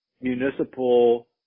municipal